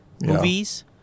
movies